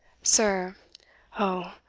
sir oh!